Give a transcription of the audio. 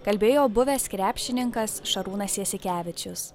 kalbėjo buvęs krepšininkas šarūnas jasikevičius